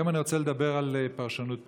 היום אני רוצה לדבר על פרשנות פוליטית.